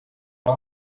uma